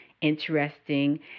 interesting